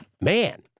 Man